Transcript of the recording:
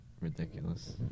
Ridiculous